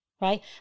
Right